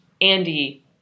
Andy